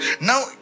Now